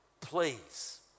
Please